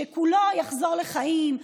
שכולו יחזור לחיים,